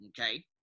okay